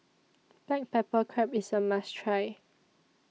Black Pepper Crab IS A must Try